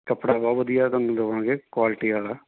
ਕੱਪੜਾ ਬਹੁਤ ਵਧੀਆ ਤੁਹਾਨੂੰ ਦਵਾਂਗੇ ਕੋਆਲਟੀ ਵਾਲਾ